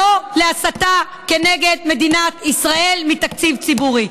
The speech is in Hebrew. לא להסתה כנגד מדינת ישראל מתקציב ציבורי.